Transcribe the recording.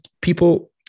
people